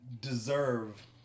deserve